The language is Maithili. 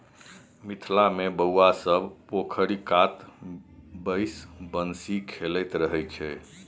मिथिला मे बौआ सब पोखरि कात बैसि बंसी खेलाइत रहय छै